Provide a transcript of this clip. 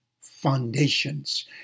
foundations